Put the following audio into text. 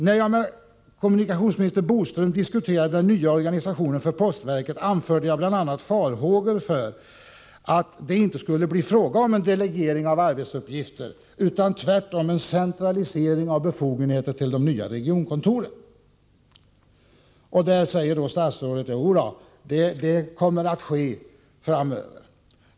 När jag med kommunikationsminister Boström diskuterade den nya organisationen för postverket anförde jag bl.a. farhågor för att det inte skulle bli fråga om en delegering av arbetsuppgifter utan tvärtom en centralisering av befogenheter till de nya regionkontoren. Statsrådet säger nu att posten strävar efter en decentralisering framöver.